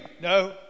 No